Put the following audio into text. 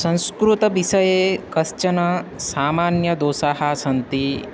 संस्कृतविषये कश्चन सामान्यदोषाः सन्ति